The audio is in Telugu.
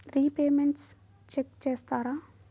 రిపేమెంట్స్ చెక్ చేస్తారా?